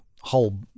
whole